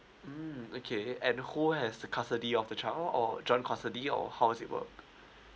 mm okay and whole has the custody of the child or joint custody or how does it work